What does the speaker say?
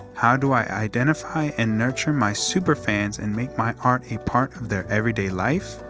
how do i identify and nurture my super-fans and make my art a part of their everyday life?